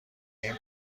این